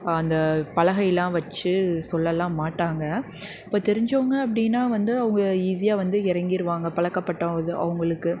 அந்த பலகையெலாம் வச்சு சொல்லலாம் மாட்டாங்கள் இப்போ தெரிஞ்சவங்க அப்படின்னா வந்து அவங்க ஈஸியாக வந்து இறங்கிருவாங்க பழக்கப்பட்டவுது அவங்களுக்கு